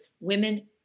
women